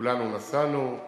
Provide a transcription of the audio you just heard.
כולנו נסענו,